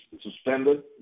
suspended